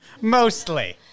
mostly